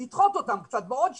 לדחות אותם קצת בעוד שנה,